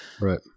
right